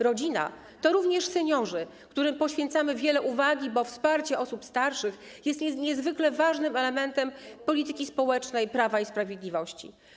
Rodzina to również seniorzy, którym poświęcamy wiele uwagi, bo wsparcie osób starszych jest niezwykle ważnym elementem polityki społecznej Prawa i Sprawiedliwości.